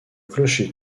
clocher